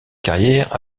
carrière